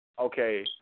Okay